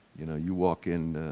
you know. you walk in,